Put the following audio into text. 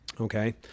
Okay